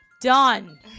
done